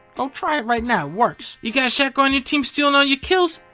go try it right now. it works. you gotta sucker on your team stealing all your kills?